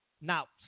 Now